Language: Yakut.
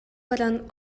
баран